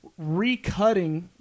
recutting